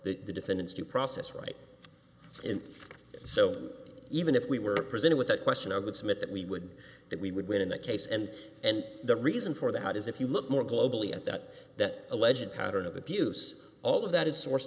the defendant's due process right and so even if we were presented with that question i would submit that we would that we would win in that case and and the reason for that is if you look more globally at that that a legit pattern of abuse all of that is source